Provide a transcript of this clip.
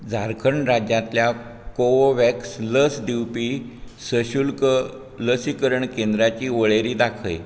झारखंड राज्यांतल्या कोवोव्हॅक्स लस दिवपी सशुल्क लसीकरण केंद्राची वळेरी दाखय